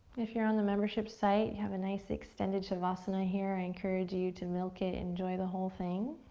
if you're on the membership site, have a nice, extended shavasana here. i encourage you to milk it, enjoy the whole thing.